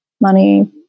money